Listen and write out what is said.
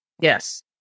Yes